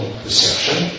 perception